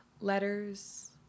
letters